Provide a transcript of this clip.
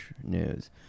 news